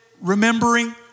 remembering